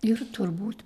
ir turbūt